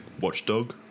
watchdog